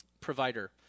Provider